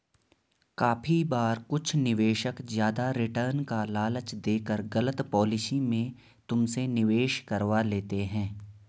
काफी बार कुछ निवेशक ज्यादा रिटर्न का लालच देकर गलत पॉलिसी में तुमसे निवेश करवा लेते हैं